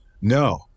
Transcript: No